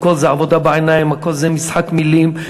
הכול זה עבודה בעיניים, הכול זה משחק מילים.